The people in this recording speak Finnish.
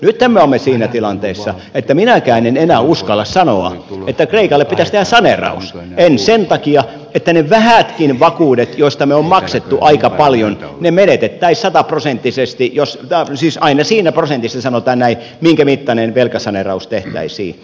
nythän me olemme siinä tilanteessa että minäkään en enää uskalla sanoa että kreikalle pitäisi tehdä saneeraus en sen takia että ne vähätkin vakuudet joista me olemme maksaneet aika paljon menetettäisiin sataprosenttisesti siis aina siinä prosentissa sanotaan näin minkä mittainen velkasaneeraus tehtäisiin